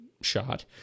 shot